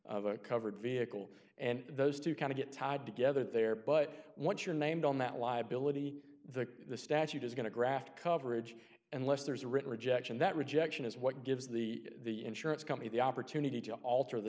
a covered vehicle and those two kind of get tied together there but once you're named on that liability the statute is going to graft coverage unless there's a written rejection that rejection is what gives the insurance company the opportunity to alter the